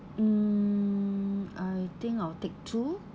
mm I think I'll take two